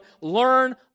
learn